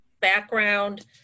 background